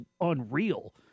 unreal